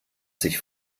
sich